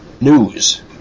news